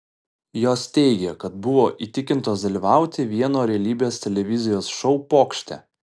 jos teigė kad buvo įtikintos dalyvauti vieno realybės televizijos šou pokšte